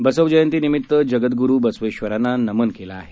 बसव जयंतीनिमित्त जगदग्रु बसवेश्वरांना नमन केलं आहे